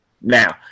Now